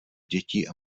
dětí